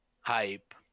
hype